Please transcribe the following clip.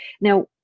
Now